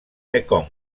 mekong